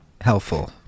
helpful